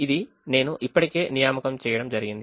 ఇది నేను ఇప్పటికే నియామకం చేయడం జరిగింది